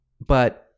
But-